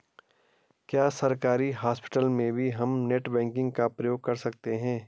क्या सरकारी हॉस्पिटल में भी हम नेट बैंकिंग का प्रयोग कर सकते हैं?